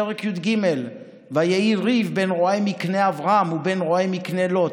פרק י"ג: "ויהי ריב בין רעי מקנה אברם ובין רעי מקנה לוט,